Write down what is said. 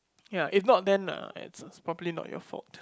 ya if not then lah it's probably not your fault